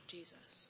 Jesus